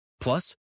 Plus